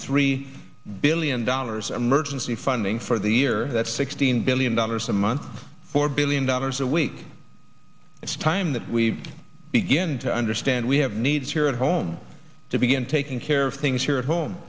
three billion dollars i'm urgency funding for the year that's sixteen billion dollars a month four billion dollars a week it's time that we begin to understand we have needs here at home to begin taking care of things here at home